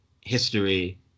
history